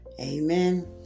Amen